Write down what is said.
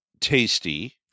tasty